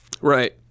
Right